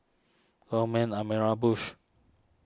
Coleman Amira Bush